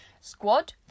Squad